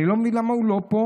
אני לא מבין למה הוא לא פה.